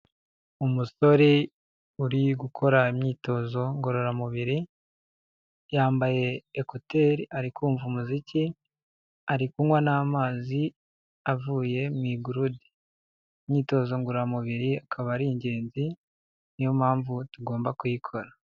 Umusore uri gukora imyitozo ngororamubiri, yambaye ekuteri ari kumva umuziki, ari kunywa n'amazi avuye mu igurude. Imyitozo ngororamubiri akaba ari ingenzi, niyo mpamvu tugomba kuyikora.